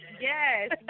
yes